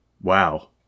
Wow